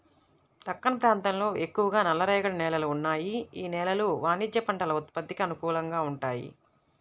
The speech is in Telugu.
దక్కన్ ప్రాంతంలో ఎక్కువగా నల్లరేగడి నేలలు ఉన్నాయి, యీ నేలలు వాణిజ్య పంటల ఉత్పత్తికి అనుకూలంగా వుంటయ్యి